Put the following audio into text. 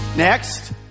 Next